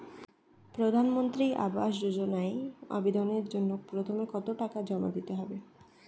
প্রধানমন্ত্রী আবাস যোজনায় আবেদনের জন্য প্রথমে কত টাকা জমা দিতে হবে?